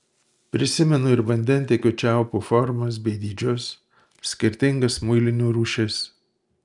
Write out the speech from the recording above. prisimenu ir vandentiekio čiaupų formas bei dydžius skirtingas muilinių rūšis